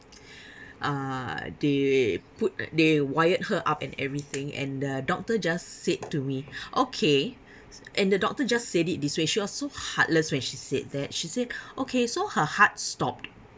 uh they put they wired her up and everything and the doctor just said to me okay and the doctor just said it this way she was so heartless when she said that she said okay so her heart stopped